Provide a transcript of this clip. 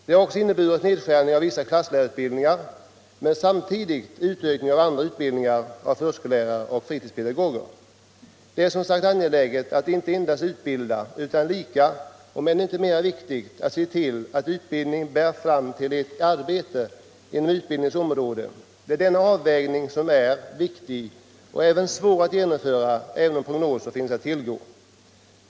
Det har inneburit nedskärning av viss klasslärarutbildning men samtidigt utökning av andra utbildningar — av förskollärare och fritidspedagoger. Det är som sagt angeläget att utbilda, men lika — om inte mer — viktigt är att se till att utbildningen bär fram till ett arbete inom utbildningens område. Det är denna avvägning som är viktig men svår att genomföra, även om prognoser finns att tillgå.